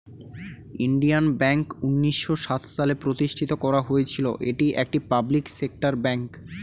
Indian bank উন্নিশো সাত সালে প্রতিষ্ঠিত করা হয়েছিল, এটি একটি পাবলিক সেক্টর ব্যাঙ্ক